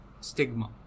stigma